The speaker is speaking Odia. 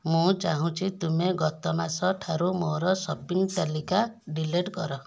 ମୁଁ ଚାହୁଁଛି ତୁମେ ଗତ ମାସ ଠାରୁ ମୋର ସପିଂ ତାଲିକା ଡିଲିଟ୍ କର